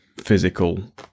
physical